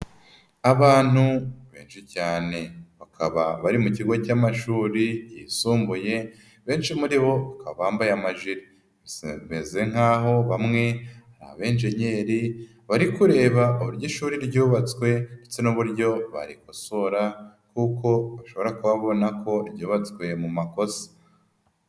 Abantu benshi cyane bakaba bari mu kigo cy'amashuri yisumbuye, benshi muri bo bakaba bambaye amajire, gusa bameze nk'aho bamwe ari abejenyeri bari kureba uburyo ishuri ryubatswe ndetse n'uburyo barikosora kuko bashobora kuba babona ko ryubatswe mu makosa.